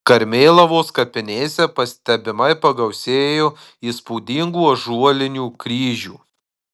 karmėlavos kapinėse pastebimai pagausėjo įspūdingų ąžuolinių kryžių